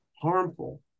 harmful